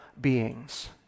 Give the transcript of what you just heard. beings